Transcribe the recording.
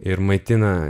ir maitina